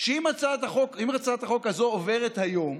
שאם הצעת החוק הזאת עוברת היום,